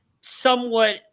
somewhat –